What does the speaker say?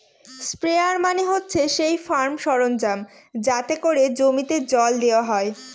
sprayer মানে হচ্ছে সেই ফার্ম সরঞ্জাম যাতে করে জমিতে জল দেওয়া হয়